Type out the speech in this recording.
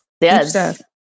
Yes